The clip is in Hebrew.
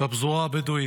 בפזורה הבדואית,